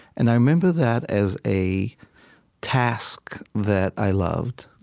and i remember that as a task that i loved.